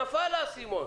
נפל האסימון.